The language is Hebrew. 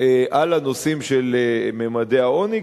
על הנושאים של ממדי העוני,